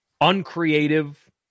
uncreative